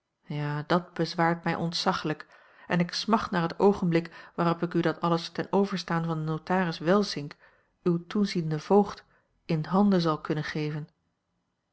ja dat bezwaart mij ontzaglijk en ik smacht naar het oogenblik waarop ik u dat alles ten overstaan van den notaris welsink uw toezienden voogd in handen zal kunnen geven